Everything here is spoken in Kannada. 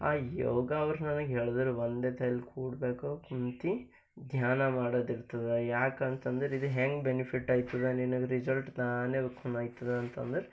ಆ ಯೋಗ ಅವ್ರು ನನಗ ಹೇಳ್ದರು ಒಂದೇ ತೆಲ್ ಕೂಡಬೇಕು ಕುಂತು ಧ್ಯಾನ ಮಾಡೋದಿರ್ತದ ಯಾಕಂತಂದರ ಇದು ಹೆಂಗೆ ಬೆನಿಫಿಟ್ ಆಯ್ತದ ನಿನಗ ರಿಸಲ್ಟ್ ತಾನೇ ಕುನೈತದ ಅಂತಂದರು